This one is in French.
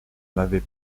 m’avait